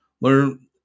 Learn